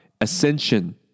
ascension